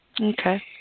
Okay